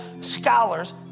scholars